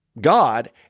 god